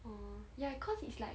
orh ya cause it's like